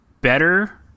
better